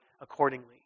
accordingly